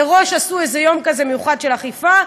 מראש עשו איזה יום כזה מיוחד של אכיפה,